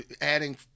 adding